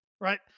right